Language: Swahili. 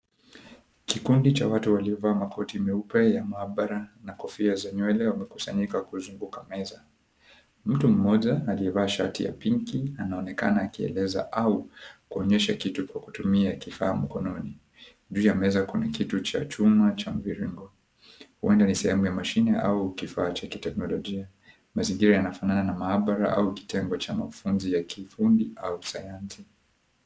Kikundi cha watu waliovaa kofia nyeupe za maabara na kofia wamekusanyika kuzunguka meza. Mtu mmoja aliyevaa shati ya pinki anaonekana akieleza au kuonyesha kitu kwa kutumia kifaa mkononi. Juu ya meza kuna kitu cha chuma cha mviringo; huenda ni sehemu ya mashine au kifaa cha kiteknolijia. Mazingira yanafanana na maabara au kitengo cha mafunzi ya kiufundi au sayansi.